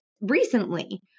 recently